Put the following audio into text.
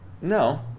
No